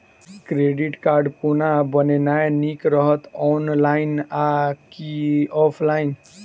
Credit card कोना बनेनाय नीक रहत? ऑनलाइन आ की ऑफलाइन?